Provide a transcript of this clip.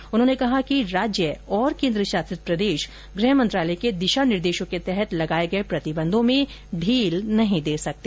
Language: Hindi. श्री भल्ला ने कहा कि राज्य और केन्द्र शासित प्रदेश गृह मंत्रालय के दिशा निर्देशों के तहत लगाए गए प्रतिबंधों में ढील नहीं दे सकते